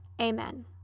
amen